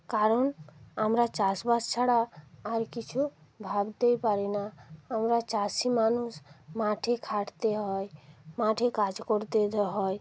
কারণ আমরা চাষ বাস ছাড়া আর কিছু ভাবতেই পারি না আমরা চাষি মানুষ মাঠে খাটতে হয় মাঠে কাজ করতে যেতে হয়